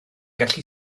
gallu